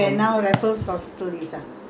now it's Raffles hospital